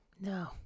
No